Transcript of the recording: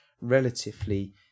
relatively